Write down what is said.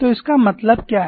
तो इसका मतलब क्या है